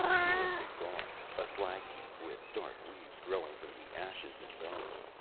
europe was gone a slag heap with dark weeds growing from the ashes and bones.